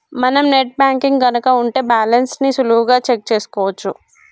మనం net banking గనక ఉంటే బ్యాలెన్స్ ని సులువుగా చెక్ చేసుకోవచ్చు